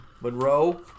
Monroe